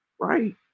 right